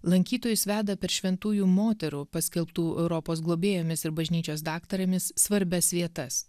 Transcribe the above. lankytojus veda per šventųjų moterų paskelbtų europos globėjomis ir bažnyčios daktarėmis svarbias vietas